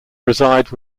reside